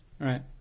Right